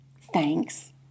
Thanks